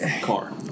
car